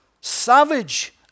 savage